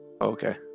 Okay